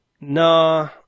nah